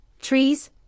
trees